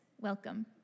welcome